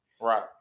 Right